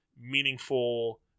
meaningful